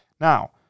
Now